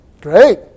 Great